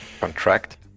contract